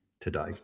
today